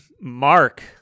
Mark